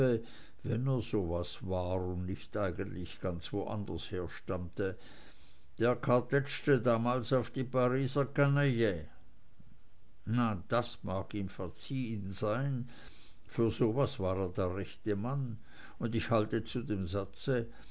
wenn er so was war und nicht eigentlich ganz woanders herstammte der kartätschte damals auf die pariser kanaille na das mag ihm verziehen sein für so was war er der rechte mann und ich halte zu dem satz